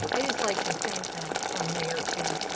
but i'd just like to thank and our mayor, too,